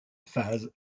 phase